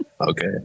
okay